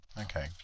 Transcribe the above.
okay